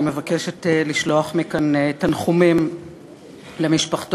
אני מבקשת לשלוח מכאן תנחומים למשפחתו